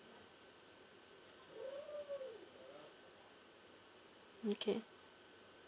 okay